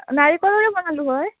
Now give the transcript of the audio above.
নাৰিকলৰে বনালোঁ হয়